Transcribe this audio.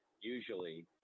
usually